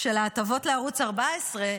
של ההטבות לערוץ 14,